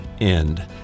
end